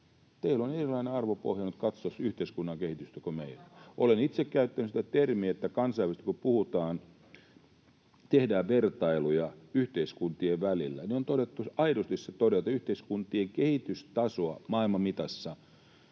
Teillä on erilainen arvopohja nyt katsoa yhteiskunnan kehitystä kuin meillä. Olen itse käyttänyt sitä termiä, että kun kansainvälisesti puhutaan ja tehdään vertailuja yhteiskuntien välillä, on todettu aidosti, että yhteiskuntien kehitystasoa maailman mitassa